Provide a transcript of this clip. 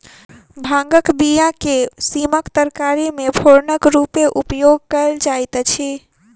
भांगक बीया के सीमक तरकारी मे फोरनक रूमे उपयोग कयल जाइत अछि